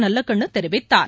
நல்லகண்ணு தெரிவித்தார்